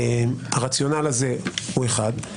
הרציונל הזה הוא אחד.